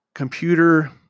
computer